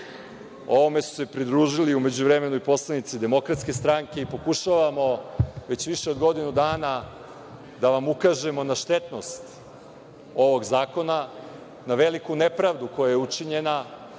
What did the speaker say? se su se pridružili u međuvremenu i poslanici DS. Pokušavamo već više od godinu dana da vam ukažemo na štetnost ovog zakona, na veliku nepravdu koja je učinjena